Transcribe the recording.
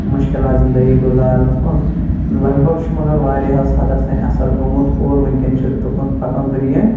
مُشکِلات زِندگی گُزارنَس مَنٛز لَگ بَگ چھُ مَگَر واریَہَس حَدَس اَثَر گوٚمُت اور وٕنکٮ۪ن چھُ تُکُن پَکان دُنیاہ